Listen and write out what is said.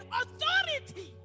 authority